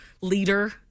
leader